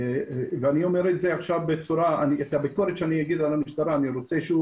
את הביקורת שאגיד על המשטרה אני רוצה שהוא